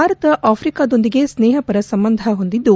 ಭಾರತ ಆಫ್ರಿಕಾದೊಂದಿಗೆ ಸ್ನೇಹಪರ ಸಂಬಂಧ ಹೊಂದಿದ್ದು